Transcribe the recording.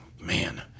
man